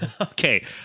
Okay